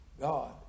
God